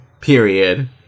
Period